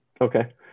Okay